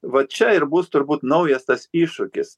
va čia ir bus turbūt naujas tas iššūkis